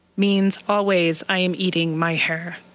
means always i am eating my hair.